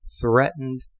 threatened